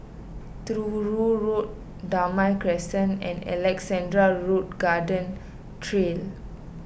Truro Road Damai Crescent and Alexandra Road Garden Trail